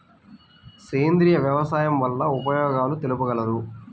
సేంద్రియ వ్యవసాయం వల్ల ఉపయోగాలు తెలుపగలరు?